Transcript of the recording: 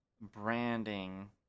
branding